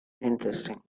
Interesting